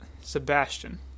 Sebastian